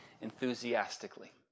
enthusiastically